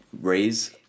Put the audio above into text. raise